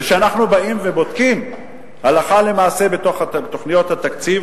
וכשאנחנו באים ובודקים הלכה למעשה בתוך תוכניות התקציב,